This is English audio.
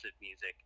music